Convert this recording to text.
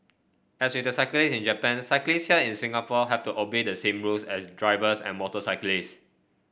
as with the cyclists in Japan cyclists here in Singapore have to obey the same rules as drivers and motorcyclists